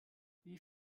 wie